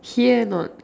here not